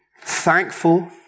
thankful